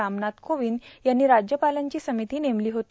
रामनाथ कोविंद यांनी राज्यपालांची समिती नेमली होती